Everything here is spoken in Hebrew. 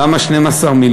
למה 12 מיליון?